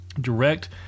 Direct